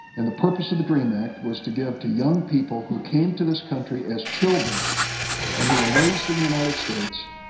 and the purpose of the dream act was to give to young people who came to this country as children and who were raised in the united states,